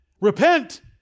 Repent